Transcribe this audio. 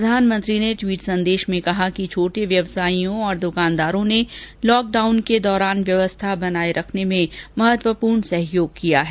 प्रधानमंत्री ने ट्वीट संदेश में कहा कि छोटे व्यवसायियों और दुकानदारों ने पूर्णबंदी के दौरान व्यवस्था बनाये रखने में महत्वपूर्ण सहयोग किया है